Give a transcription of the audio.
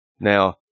Now